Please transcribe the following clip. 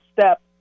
step